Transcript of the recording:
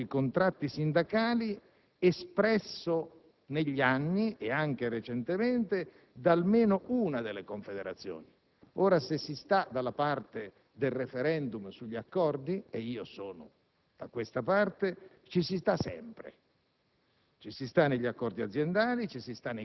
al *referendum* sugli accordi e sui contratti sindacali espressa negli anni, e anche recentemente, da almeno una delle confederazioni. Se si sta dalla parte del *referendum* sugli accordi - e io sono da questa parte - ci si sta sempre: